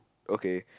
okay